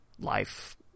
life